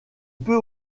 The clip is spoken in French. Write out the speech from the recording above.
peut